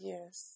Yes